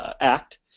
act